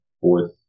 fourth